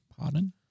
Pardon